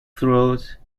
throat